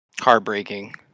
heartbreaking